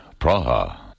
Praha